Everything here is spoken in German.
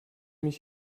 mich